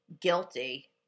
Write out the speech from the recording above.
guilty